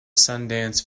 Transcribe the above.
sundance